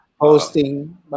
hosting